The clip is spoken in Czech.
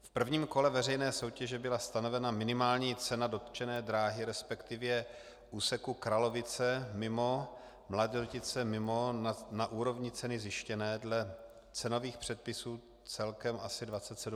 V prvním kole veřejné soutěže byla stanovena minimální cena dotčené dráhy, resp. úseku Kralovice mimo Mladotice mimo na úrovni ceny zjištěné dle cenových předpisů, celkem asi 27 mil. Kč.